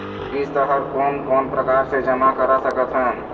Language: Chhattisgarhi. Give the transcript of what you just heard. किस्त हर कोन कोन प्रकार से जमा करा सकत हन?